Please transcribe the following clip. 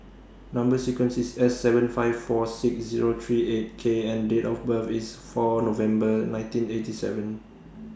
Number sequence IS S seven five four six Zero three eight K and Date of birth IS four November nineteen eighty seven